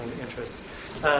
interests